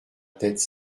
tête